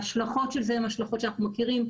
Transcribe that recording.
ההשלכות של זה הן השלכות שאנחנו מכירים.